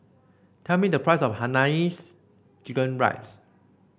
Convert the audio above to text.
tell me the price of Hainanese Chicken Rice